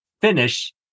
finish